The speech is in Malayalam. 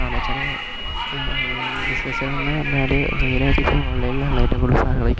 കാരണം വെച്ചാൽ ബിസിനസ്സുകളെന്നു പറഞ്ഞാൽ മെയിനായിട്ടിപ്പോൾ ഓൺലൈനിലാണല്ലോ ഏറ്റവും കൂടുതൽ സാധനങ്ങൾ വിൽക്കണേ